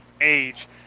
age